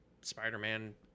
Spider-Man